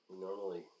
Normally